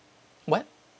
what